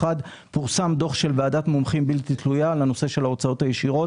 ופורסם דוח של ועדת מומחים בלתי תלויה בנושא ההוצאות הישירות,